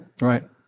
right